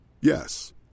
Yes